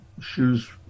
shoes